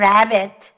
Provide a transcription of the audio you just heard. Rabbit